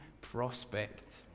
prospect